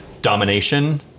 domination